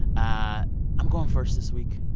ah i'm going first this week.